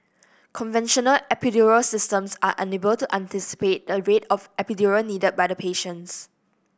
conventional epidural systems are unable to anticipate the rate of epidural needed by the patients